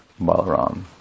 Balaram